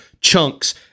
chunks